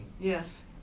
Yes